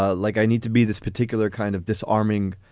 ah like i need to be this particular kind of disarming,